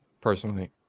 personally